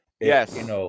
Yes